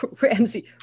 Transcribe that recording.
Ramsey